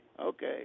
Okay